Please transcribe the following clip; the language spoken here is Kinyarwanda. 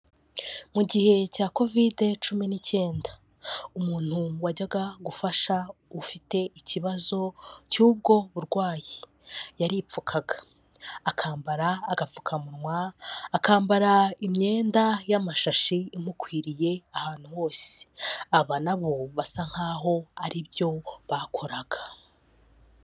Mu gihe cya covide cumi n'icyenda umuntu wajyaga gufasha ufite ikibazo cy'ubwo burwayi yaripfukaga, akambara agapfukamunwa, akambara imyenda y'amashashi imukwiriye ahantu hose, aba nabo basa nk'aho aribyo bakoraga.